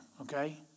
okay